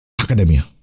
Academia